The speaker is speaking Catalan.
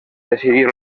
decidir